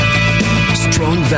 strong